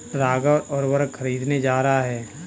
राघव उर्वरक खरीदने जा रहा है